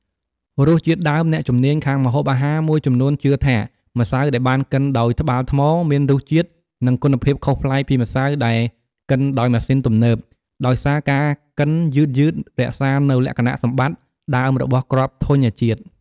រសជាតិដើម អ្នកជំនាញខាងម្ហូបអាហារមួយចំនួនជឿថា ម្សៅដែលបានកិនដោយត្បាល់ថ្ម មានរសជាតិ និងគុណភាពខុសប្លែកពីម្សៅដែលកិនដោយម៉ាស៊ីនទំនើប ដោយសារការកិនយឺតៗរក្សានូវលក្ខណៈសម្បត្តិដើមរបស់គ្រាប់ធញ្ញជាតិ។